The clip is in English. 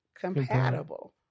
compatible